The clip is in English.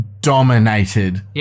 dominated